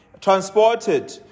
transported